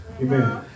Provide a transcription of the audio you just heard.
Amen